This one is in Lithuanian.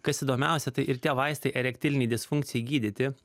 kas įdomiausia tai ir tie vaistai erektilinei disfunkcijai gydyti